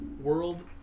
World